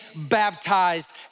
baptized